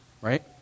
Right